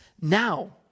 now